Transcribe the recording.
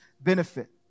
benefit